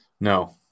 No